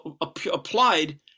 applied